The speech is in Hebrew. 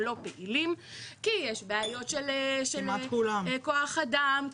לא פעילים כי יש בעיות של כוח אדם.